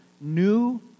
new